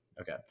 Okay